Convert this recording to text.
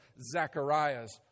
Zechariah's